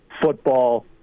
football